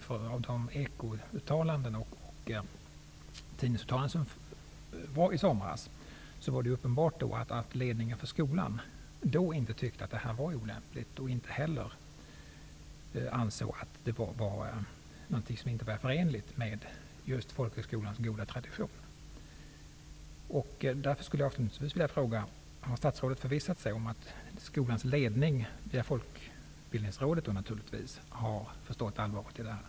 Enligt uttalanden i Ekot och tidningsuttalanden från i somras är det uppenbart att ledningen för skolan då inte tyckte att detta var olämpligt och att detta inte heller stred mot folkhögskolans goda tradition. Folkbildningsrådets kontakter har förstått allvaret i detta?